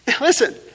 Listen